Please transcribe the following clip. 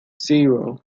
zero